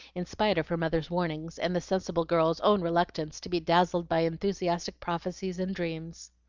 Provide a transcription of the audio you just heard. in spite of her mother's warnings, and the sensible girl's own reluctance to be dazzled by enthusiastic prophecies and dreams.